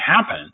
happen